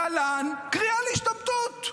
להלן קריאה להשתמטות.